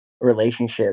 relationship